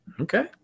Okay